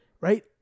right